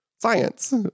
science